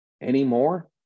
anymore